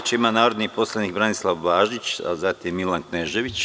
Reč ima narodni poslanik Branislav Blažić, a zatim Milan Knežević.